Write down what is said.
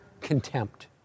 contempt